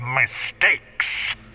mistakes